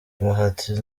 bahati